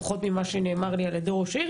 לפחות ממה שנאמר לי על ידי ראש העיר,